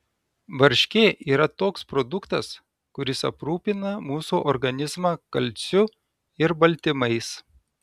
varškė yra toks produktas kuris aprūpina mūsų organizmą kalciu ir baltymais